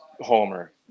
homer